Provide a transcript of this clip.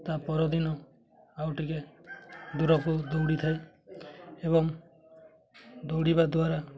ତା'ପରଦିନ ଆଉ ଟିକେ ଦୂରକୁ ଦୌଡ଼ିଥାଏ ଏବଂ ଦୌଡ଼ିବା ଦ୍ୱାରା